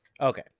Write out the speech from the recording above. Okay